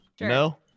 No